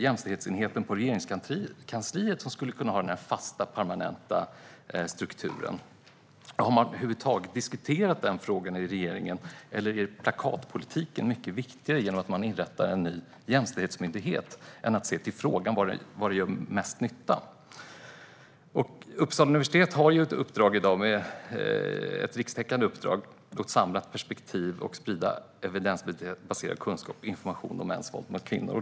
Jämställdhetsenheten på Regeringskansliet skulle lika gärna kunna ha denna fasta, permanenta struktur. Har denna fråga över huvud taget diskuterats i regeringen? Eller är plakatpolitiken viktigare genom att inrätta en ny jämställdhetsmyndighet än att se till frågan om var den gör mest nytta? Uppsala universitet har ett rikstäckande uppdrag i dag - ett samlat perspektiv - och ska sprida evidensbaserad kunskap och information om mäns våld mot kvinnor.